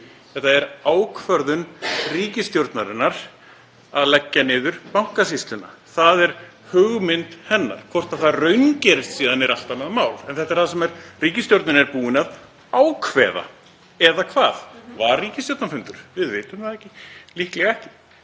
Það er ákvörðun ríkisstjórnarinnar að leggja niður Bankasýsluna. Það er hugmynd hennar. Hvort það raungerist síðan er allt annað mál en þetta er það sem ríkisstjórnin er búin að ákveða — eða hvað? Var ríkisstjórnarfundur? Við vitum það ekki, líklega ekki,